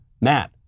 Matt